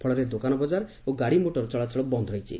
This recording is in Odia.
ଫଳରେ ଦୋକାନବକାର ଓ ଗାଡି ମୋଟର ଚଳାଚଳ ବନ୍ଦ ରହିଛି